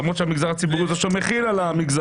תחבורה ציבורית היא לא מגזר.